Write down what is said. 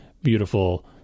beautiful